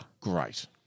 Great